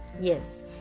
Yes